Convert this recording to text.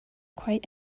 quite